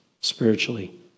spiritually